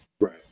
Right